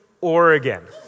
Oregon